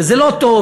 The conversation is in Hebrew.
שזה לא טוב,